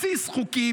בסיס חוקי,